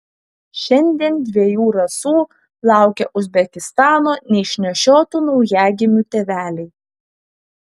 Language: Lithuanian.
šiandien dviejų rasų laukia uzbekistano neišnešiotų naujagimių tėveliai